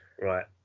right